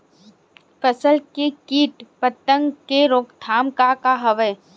फसल के कीट पतंग के रोकथाम का का हवय?